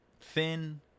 thin